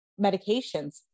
medications